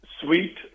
sweet